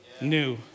new